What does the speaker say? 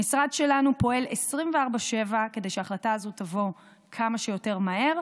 המשרד שלנו פועל 24/7 כדי שההחלטה הזו תבוא כמה שיותר מהר.